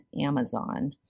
Amazon